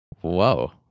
Whoa